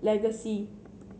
legacy